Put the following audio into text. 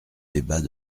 débat